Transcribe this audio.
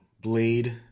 blade